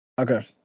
okay